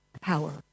power